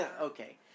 Okay